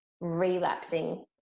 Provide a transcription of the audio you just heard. relapsing